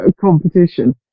competition